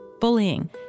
bullying